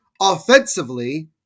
offensively